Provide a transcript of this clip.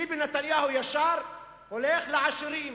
ביבי נתניהו ישר הולך לעשירים.